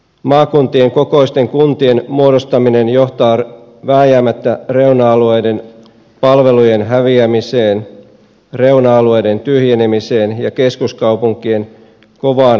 maakuntien kokoisten kuntien muodostaminen johtaa vääjäämättä reuna alueiden palvelujen häviämiseen reuna alueiden tyhjenemiseen ja keskuskaupunkien kovaan kasvuun